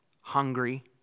hungry